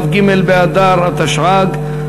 כ"ג באדר התשע"ג,